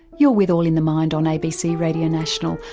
you're with all in the mind on abc radio national,